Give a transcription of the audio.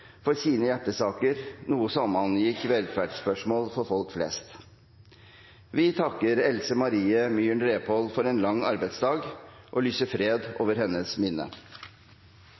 for sine hjertesaker, noe som angikk velferdsspørsmål for folk flest. Vi takker Else Marie Myhren Repål for en lang arbeidsdag, og lyser fred over hennes minne.